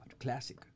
classic